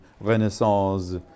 Renaissance